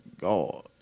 God